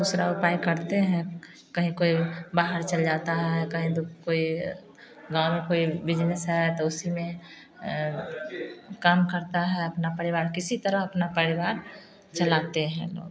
दूसरा उपाय करते हैं कहीं कोई बाहर चल जाता है कहीं कोई गाँव में कोई बिजनेस है तो उसी में काम करता है अपना परिवार किसी तरह अपना परिवार चलाते हैं